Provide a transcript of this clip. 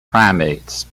primates